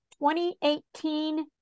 2018